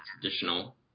traditional